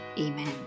Amen